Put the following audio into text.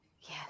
Yes